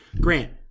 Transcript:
Grant